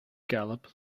gallop